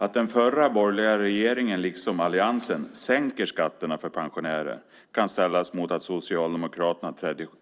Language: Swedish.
Att den förra borgerliga regeringen liksom alliansen sänker skatterna för pensionärer kan ställas mot att Socialdemokraterna